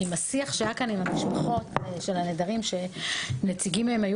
השיח שהיה כאן עם משפחות הנעדרים נציגים שלהם היו